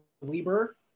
Weber